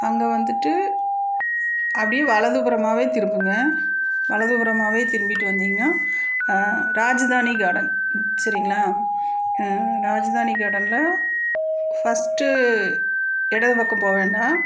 அங்கே வந்துட்டு அப்படியே வலதுபுறமாகவே திருப்புங்க வலதுபுறமாகவே திரும்பிட்டு வந்தீங்கனா ராஜதானி கார்டன் சரிங்களா ராஜதானி கார்டனில் ஃபர்ஸ்ட்டு இடது பக்கம் போக வேண்டாம்